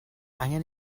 angen